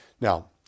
Now